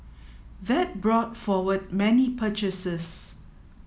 that brought forward many purchases